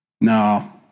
No